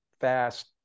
fast